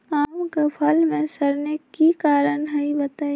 आम क फल म सरने कि कारण हई बताई?